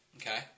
Okay